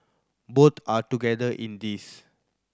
both are together in this